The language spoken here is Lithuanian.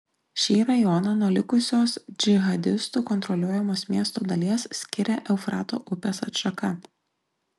šį rajoną nuo likusios džihadistų kontroliuojamos miesto dalies skiria eufrato upės atšaka